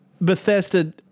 Bethesda